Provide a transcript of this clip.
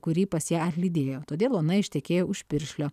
kurį pas ją atlydėjo todėl ona ištekėjo už piršlio